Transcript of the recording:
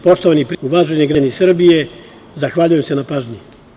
Poštovani prijatelji, uvaženi građani Srbije, zahvaljujem se na pažnji.